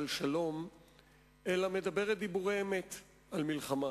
על שלום אלא מדברת דיבורי אמת על מלחמה.